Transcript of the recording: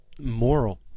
moral